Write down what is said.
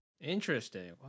Interesting